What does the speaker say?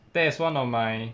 that is one of my